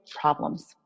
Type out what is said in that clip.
problems